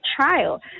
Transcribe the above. trial